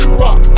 rock